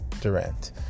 Durant